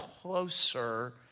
closer